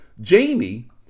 Jamie